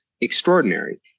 extraordinary